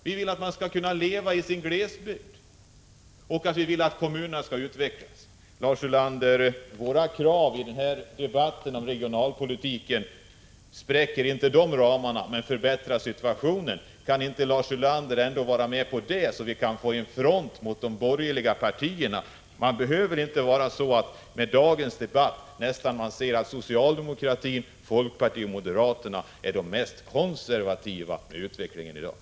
Vi vill att man skall kunna leva i sin glesbygd och att kommunerna skall utvecklas. Lars Ulander! Våra krav i debatten om regionalpolitiken spräcker inte ramarna för marknadsekonomin men förbättrar situationen. Kan Lars Ulander ändå inte ställa upp på det, så att vi kan få till stånd en front mot de borgerliga partierna? Det behöver inte vara som i dagens debatt, där socialdemokraterna, folkpartiet och moderaterna är de mest konservativa när det gäller utvecklingen.